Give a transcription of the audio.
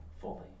fully